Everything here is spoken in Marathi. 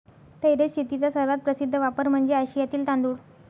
टेरेस शेतीचा सर्वात प्रसिद्ध वापर म्हणजे आशियातील तांदूळ